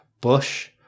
Bush